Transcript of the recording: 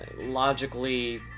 Logically